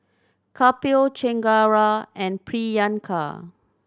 Kapil Chengara and Priyanka